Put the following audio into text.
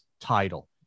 title